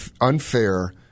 unfair